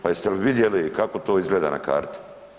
Pa jeste li vidjeli kako to izgleda na karti?